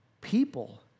people